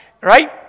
right